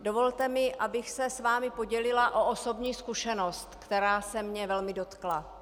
Dovolte mi, abych se s vámi podělila o osobní zkušenost, která se mě velmi dotkla.